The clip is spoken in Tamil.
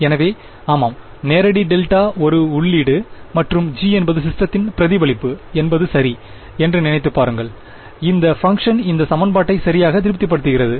எனவே ஆமாம் நேரடி டெல்டா ஒரு உள்ளீடு மற்றும் g என்பது சிஸ்டத்தின் பிரதிபலிப்பு என்பது சரி என்று நினைத்துப் பாருங்கள் இந்தச் பங்க்ஷன் இந்த சமன்பாட்டை சரியாக திருப்திப்படுத்துகிறது